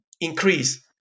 increase